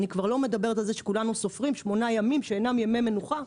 אני כבר לא מדברת על זה שכולנו סופרים שמונה ימים שאינם ימי מנוחה.